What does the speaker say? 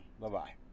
bye-bye